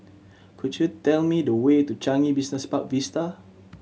could you tell me the way to Changi Business Park Vista